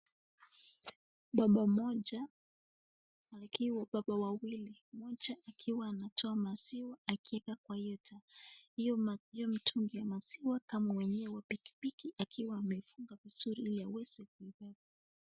Baba mmoja, baba wawili. Mmoja akiwa anatoa maziwa, akiweka kwa hiyo tank . Hiyo hiyo mtungi ya maziwa, na mwenyewe wa pikipiki akiwa amefunga vizuri ili aweze kuibeba.